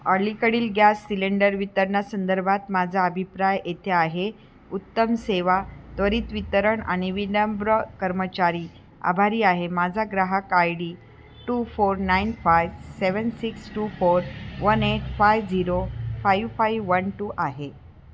अलीकडील gas cylinder वितरणासंदर्भात माझा अभिप्राय येथे आहे उत्तम सेवा त्वरित वितरण आणि विनम्र कर्मचारी आभारी आहे माझा ग्राहक I D two four nine five seven six two four one eight five zero five five one two आहे